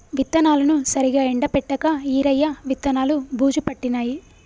విత్తనాలను సరిగా ఎండపెట్టక ఈరయ్య విత్తనాలు బూజు పట్టినాయి